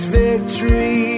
victory